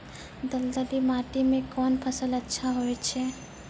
दलदली माटी म कोन फसल अच्छा होय छै?